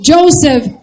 Joseph